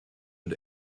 but